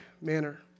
manner